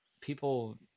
people